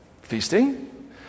Feasting